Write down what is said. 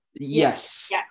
Yes